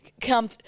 Come